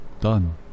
Done